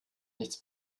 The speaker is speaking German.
nichts